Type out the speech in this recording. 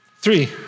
Three